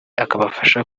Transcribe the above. akabafasha